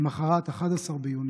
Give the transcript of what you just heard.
למוחרת, 11 ביוני,